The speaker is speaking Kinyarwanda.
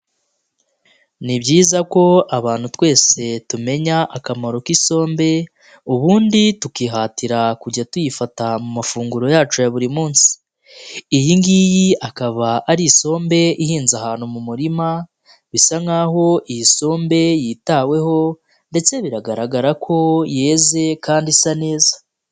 Ni byiza ko abantu twese tumenya akamaro k'isombe, ubundi tukihatira kujya tuyifata mu mafunguro yacu ya buri munsi. Iyi ngiyi akaba ari isombe ihinze ahantu mu murima, bisa nkaho iyisumbe yitaweho ndetse biragaragara ko yeze kandi isa neza.